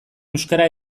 euskara